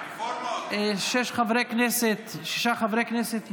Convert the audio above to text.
שישה חברי כנסת נגד.